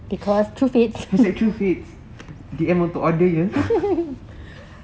truths it D_M untuk order ya